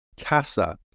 CASA